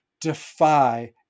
defy